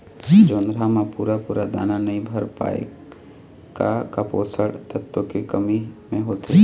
जोंधरा म पूरा पूरा दाना नई भर पाए का का पोषक तत्व के कमी मे होथे?